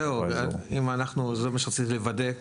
זה מה שרציתי לוודא,